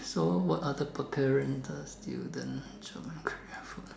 so what other parent children